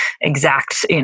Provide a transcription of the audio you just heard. exact